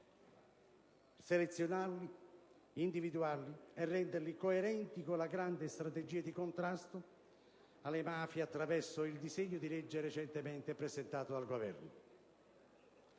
selezionarli, individuarli e renderli coerenti con la grande strategia di contrasto alle mafie attraverso il disegno di legge recentemente presentato dal Governo.